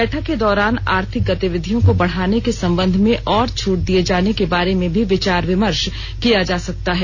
बैठक के दौरान आर्थिक गतिविधियों को बढाने के संबंध में और छूट दिए जाने के बारे में भी विचार विमर्श किया जा सकता है